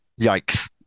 Yikes